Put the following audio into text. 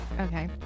Okay